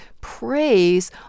praise